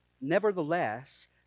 Nevertheless